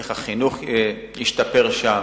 איך החינוך השתפר שם,